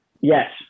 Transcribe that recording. Yes